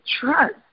trust